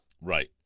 Right